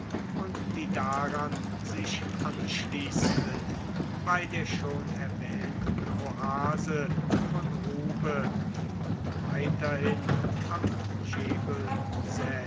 und die daran sich anschließenden bei der schon erwähnten oase von ruhbe und weiterhin am